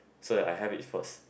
so that I have it first